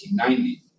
1990